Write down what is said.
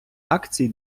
акцій